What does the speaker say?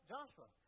Joshua